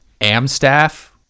Amstaff